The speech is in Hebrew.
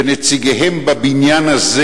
ונציגיהם בבניין הזה